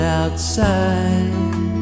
outside